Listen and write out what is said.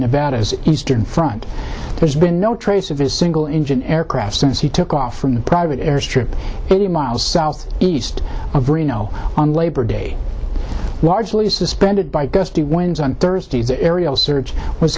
nevada as eastern front there's been no trace of a single engine aircraft since he took off from a private airstrip eighty miles south east of reno on labor day largely suspended by gusty winds on thursday the aerial search was